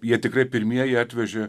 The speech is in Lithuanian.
jie tikrai pirmieji atvežė